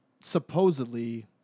supposedly